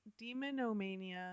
demonomania